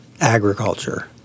agriculture